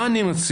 מה אני מציע?